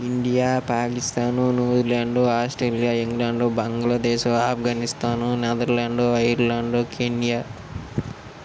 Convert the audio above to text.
India Pakistan New Zealand Australia England Bangladesh Afghanistan Netherlands Ireland Kenya